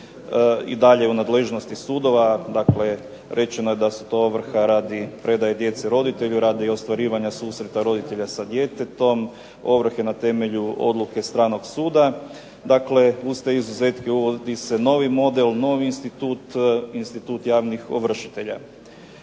i dalje u nadležnosti sudova. Dakle rečeno je da su to ovrhe radi predaje djece roditelju, radi ostvarivanja susreta roditelja sa djetetom, ovrhe na temelju odluke stranog suda. Dakle, uz te izuzetke uvodi se novi model, novi institut, institut javnih ovršitelja.